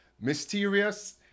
Mysterious